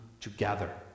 together